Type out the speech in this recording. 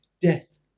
death